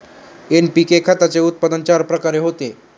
NPK खताचे उत्पन्न चार प्रकारे होते